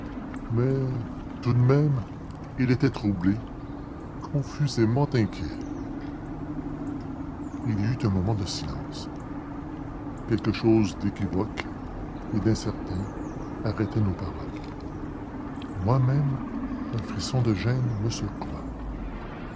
mais tout de même il était troublé confusément inquiet il y eut un moment de silence quelque chose d'équivoque et d'incertain arrêtait nos paroles moi-même un frisson de gêne